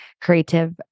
creative